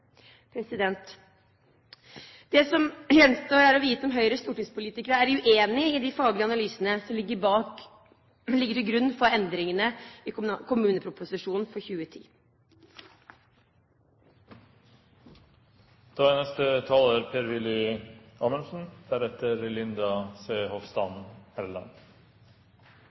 Det som gjenstår å vite, er om Høyres stortingspolitikere er uenig i de faglige analysene som ligger til grunn for endringene i kommuneproposisjonen for 2010. Presidenten burde kanskje gjort forrige taler